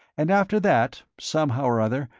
and after that, somehow or other,